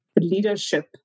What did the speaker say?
leadership